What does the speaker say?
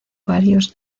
varios